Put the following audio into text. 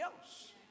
else